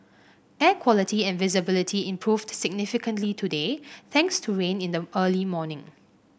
air quality and visibility improved significantly today thanks to rain in the early morning